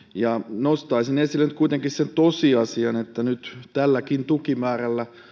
nostaisin esille nyt kuitenkin sen tosiasian että nyt tälläkin tukimäärällä